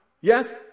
Yes